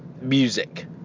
Music